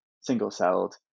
single-celled